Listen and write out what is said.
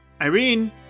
Irene